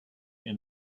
and